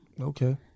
Okay